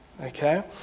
Okay